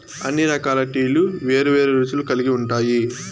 అన్ని రకాల టీలు వేరు వేరు రుచులు కల్గి ఉంటాయి